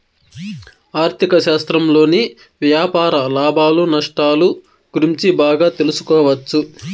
ఆర్ధిక శాస్త్రంలోని వ్యాపార లాభాలు నష్టాలు గురించి బాగా తెలుసుకోవచ్చు